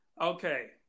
Okay